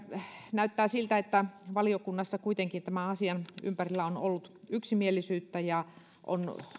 näyttää siltä että valiokunnassa kuitenkin tämän asian ympärillä on ollut yksimielisyyttä ja on